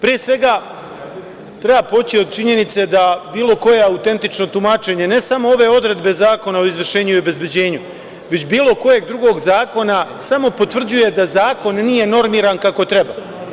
Pre svega, treba poći od činjenice da bilo koje autentično tumačenje ne samo ove odredbe Zakona o izvršenju i obezbeđenju, već bilo kojeg drugog zakona samo potvrđuje da zakon nije normiran kako treba.